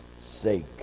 sake